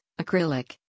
acrylic